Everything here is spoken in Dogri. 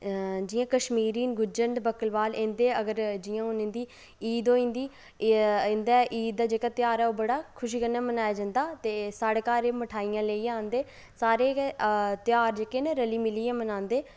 जि'यां कश्मीरी न गुज्जर न ते बक्करबाल न इं'दे अगर जि'यां हुन इं'दी ईद होंदी ऐ इं'दे ईद जेह्का ध्यार ऐ ओह् बड़ा खुशी कन्नै मनाया जंदा ते साढ़े घर एह् मठैइयां लेइयै औंदे सारे गै ध्यार जेह्के न रली मिलियै मनांदे